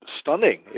stunning